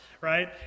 Right